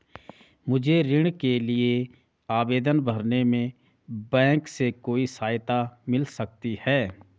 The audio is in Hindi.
मुझे ऋण के लिए आवेदन भरने में बैंक से कोई सहायता मिल सकती है?